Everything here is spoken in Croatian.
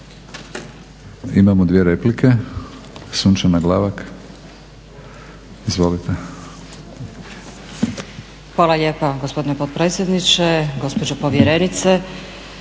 Imamo dvije replike. Sunčana Glavak, izvolite.